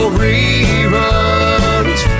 reruns